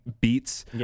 beats